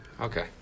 okay